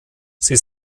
sie